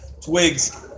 twigs